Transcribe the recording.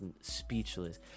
speechless